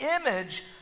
image